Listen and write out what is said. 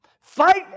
Fight